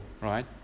right